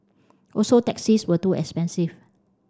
also taxis were too expensive